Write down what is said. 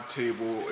table